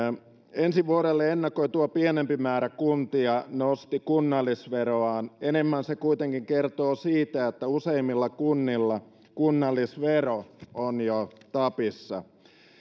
ensi vuodelle ennakoitua pienempi määrä kuntia nosti kunnallisveroaan enemmän se kuitenkin kertoo siitä että useimmilla kunnilla kunnallisvero on jo tapissa